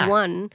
one